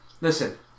Listen